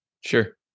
Sure